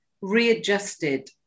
readjusted